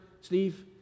Steve